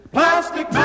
Plastic